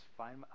find